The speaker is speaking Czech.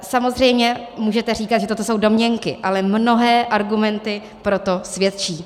Samozřejmě můžete říkat, že toto jsou domněnky, ale mnohé argumenty pro to svědčí.